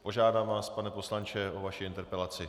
Požádám vás, pane poslanče, o vaši interpelaci.